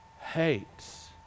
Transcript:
hates